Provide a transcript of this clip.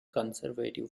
conservative